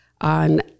on